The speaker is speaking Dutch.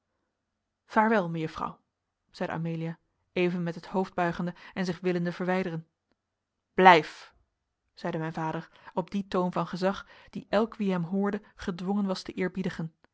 vaarwel mejuffrouw zeide amelia even met het hoofd buigende en zich willende verwijderen blijf zeide mijn vader op dien toon van gezag dien elk wie hem hoorde gedwongen was te